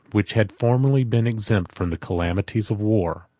which had formerly been exempted from the calamities of war.